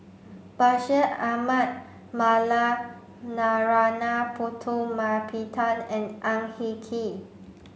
Bashir Ahmad Mallal Narana Putumaippittan and Ang Hin Kee